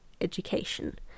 education